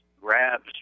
grabs